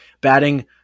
batting